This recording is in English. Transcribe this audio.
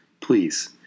Please